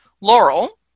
Laurel